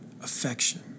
affection